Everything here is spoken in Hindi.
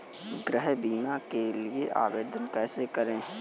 गृह बीमा के लिए आवेदन कैसे करें?